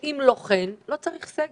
אם לא כן, לא צריך סגר.